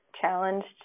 challenged